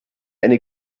eine